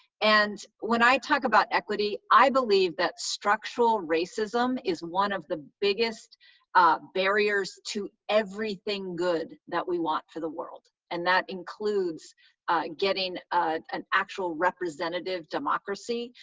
and when i talk about equity, i believe that structural racism is one of the biggest barriers to everything good that we want for the world, and that includes getting an actual representative democracy.